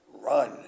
Run